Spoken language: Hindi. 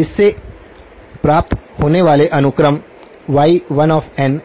इससे प्राप्त होने वाले अनुक्रम 1 y1nxn